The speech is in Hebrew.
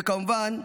וכמובן,